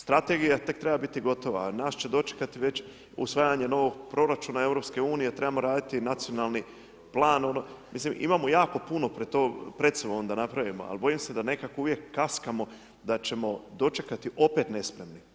Strategija tek treba biti gotova a nas će dočekati već usvajanje nogo proračuna EU-a, trebamo raditi nacionalni plan, mislim imamo jako puno pred sobom da napravimo a bojim se da nekako uvijek kaskamo da ćemo dočekati opet nespremni.